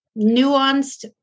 nuanced